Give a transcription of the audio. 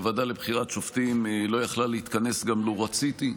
הוועדה לבחירת שופטים לא יכלה להתכנס גם לו רציתי,